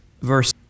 verse